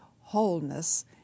wholeness